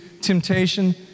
temptation